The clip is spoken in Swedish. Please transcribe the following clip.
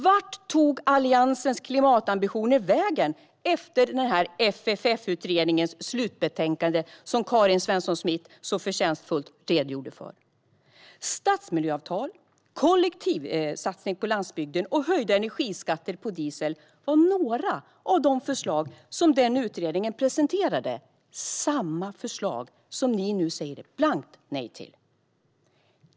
Vart tog Alliansens klimatambitioner vägen efter att FFF-utredningens slutbetänkande lades fram, som Karin Svensson Smith så förtjänstfullt redogjorde för? Stadsmiljöavtal, kollektivsatsning på landsbygden och höjda energiskatter på diesel var några av de förslag som den utredningen presenterade - samma förslag som ni nu säger blankt nej till.